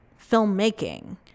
filmmaking